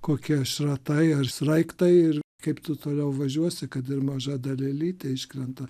kokie šratai ar sraigtai ir kaip tu toliau važiuosi kad ir maža dalelytė iškrenta